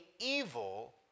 evil